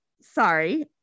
sorry